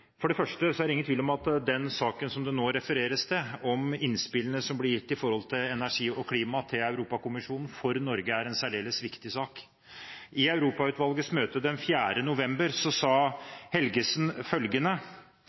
For det første er det ingen tvil om at den saken som det nå refereres til, om innspillene som ble gitt om energi og klima til Europakommisjonen for Norge, er en særdeles viktig sak. I Europautvalgets møte den 4. november 2013 sa Helgesen følgende: